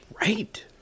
Right